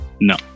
No